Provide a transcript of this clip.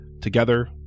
Together